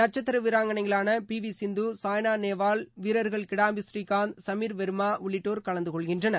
நட்சத்திர வீராங்கணைகளான P V Sindhu Saina Nehwal வீரர்கள் கிடாம்பி ஸ்ரீகாந்த் சமீர் வர்மா உள்ளிட்டோர் கலந்து கொள்கின்றனர்